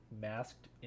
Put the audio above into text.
Masked